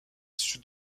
sud